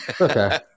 Okay